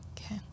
Okay